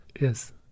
Yes